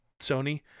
Sony